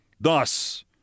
Thus